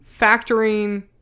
factoring